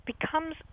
becomes